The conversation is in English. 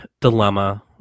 dilemma